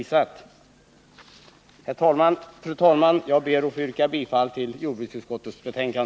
Herr talman! Jag yrkar bifall till jordbruksutskottets hemställan.